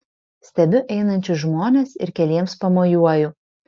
stebiu einančius žmones ir keliems pamojuoju